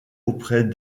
auprès